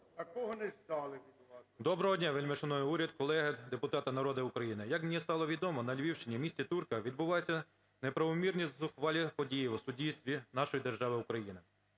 Доброго дня, вельмишановний уряд, колеги, депутати, народе України! Як мені стало відомо, на Львівщині в місті Турка відбуваються неправомірні, зухвалі події у суддівстві нашої держави Україна.